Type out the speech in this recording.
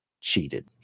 cheated